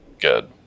good